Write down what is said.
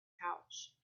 pouch